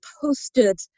posted